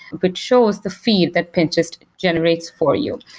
but shows the feed that pinterest generates for you.